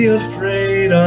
afraid